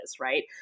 right